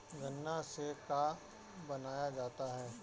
गान्ना से का बनाया जाता है?